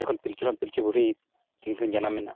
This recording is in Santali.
ᱡᱚᱠᱷᱚᱱ ᱯᱤᱞᱪᱩ ᱦᱟᱲᱟᱢ ᱯᱤᱞᱪᱩ ᱵᱩᱲᱦᱤ ᱛᱟᱹᱠᱤᱱ ᱠᱤᱱ ᱡᱟᱱᱟᱢᱮᱱᱟ